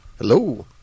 Hello